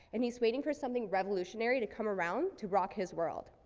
and he's waiting for something revolutionary to come around to rock his world.